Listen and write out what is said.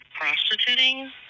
prostituting